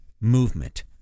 movement